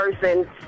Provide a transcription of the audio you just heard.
person